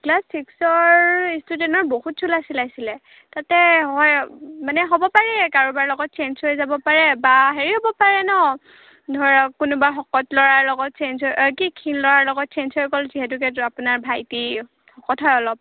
class ছিক্সৰ ষ্টুডেণ্টৰ বহুত চোলা চিলাইছিলে তাতে নহয় মানে হ'ব পাৰে কাৰোবাৰ লগত চেঞ্জ হৈ যাব পাৰে বা হেৰি হ'ব পাৰে নহ্ ধৰক কোনোবা শকত ল'ৰাৰ লগত চেঞ্জ হৈ অঁ কি খীণ ল'ৰাৰ লগত চেঞ্জ হৈ গ'ল যিহেতুকেতো আপোনাৰ ভাইটি শকত হয় অলপ